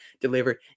delivered